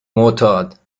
معتاد